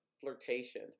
flirtation